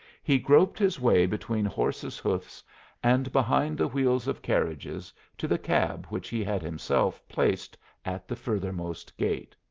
he groped his way between horses' hoofs and behind the wheels of carriages to the cab which he had himself placed at the furthermost gate.